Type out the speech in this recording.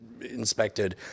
inspected